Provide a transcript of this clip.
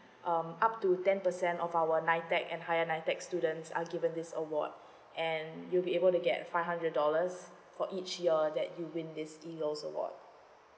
um up to ten percent of our nitec and higher nitec students are given this award and you'll be able to get five hundred dollars for each year that you win this eagles award